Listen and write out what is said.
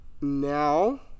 Now